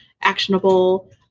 actionable